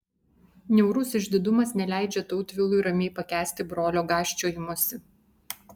niaurus išdidumas neleidžia tautvilui ramiai pakęsti brolio gąsčiojimosi